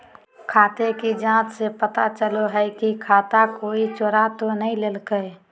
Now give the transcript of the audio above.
खाते की जाँच से पता चलो हइ की खाता कोई चोरा तो नय लेलकय